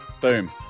Boom